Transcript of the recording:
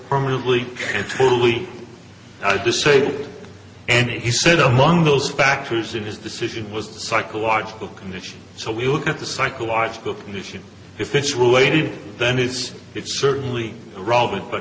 permanently and totally disabled and he said among those factors in his decision was the psychological condition so we look at the psychological condition if it's related then is it certainly relevant but